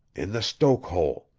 in the stoke hole.